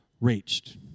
reached